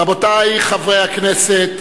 רבותי חברי הכנסת,